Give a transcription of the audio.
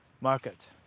market